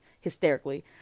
hysterically